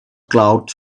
clouds